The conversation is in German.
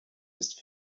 ist